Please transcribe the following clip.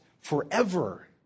forever